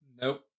Nope